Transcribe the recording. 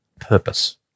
Purpose